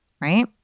Right